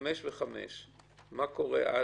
חמש שנים וחמש שנים, מה קורה אז?